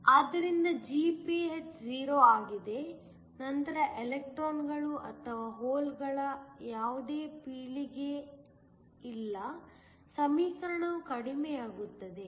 ಆದ್ದರಿಂದ Gph 0 ಆಗಿದೆ ನಂತರ ಎಲೆಕ್ಟ್ರಾನ್ಗಳು ಅಥವಾ ಹೋಲ್ಗಳ ಯಾವುದೇ ಪೀಳಿಗೆಯಿಲ್ಲ ಸಮೀಕರಣವು ಕಡಿಮೆಯಾಗುತ್ತದೆ